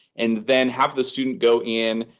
and then have the student go in,